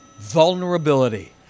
vulnerability